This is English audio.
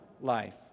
life